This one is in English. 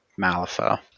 Malifaux